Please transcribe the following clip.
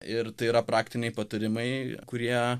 ir tai yra praktiniai patarimai kurie